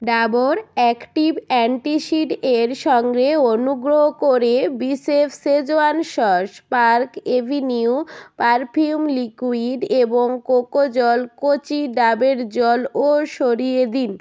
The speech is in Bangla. ডাবর অ্যাক্টিভ অ্যান্টাসিডের সঙ্গে অনুগ্রহ করে বিশেফ schezwan sauce Park Avenue perfume liquid এবং কোকোজল কচি ডাবের জল ও সরিয়ে দিন